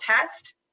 test